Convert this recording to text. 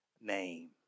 name